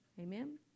Amen